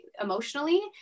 emotionally